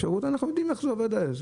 היא לא לקיים הליכי סרק אלא להביא את הצדק.